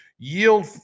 Yield